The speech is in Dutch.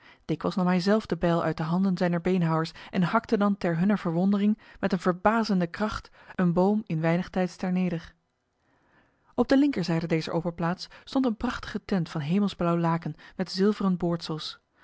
dikwijls nam hij zelf de bijl uit de handen zijner beenhouwers en hakte dan ter hunner verwondering met een verbazende kracht een boom in weinig tijds ter neder op de linkerzijde dezer open plaats stond een prachtige tent van hemelsblauw laken met zilveren